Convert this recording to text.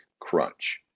crunch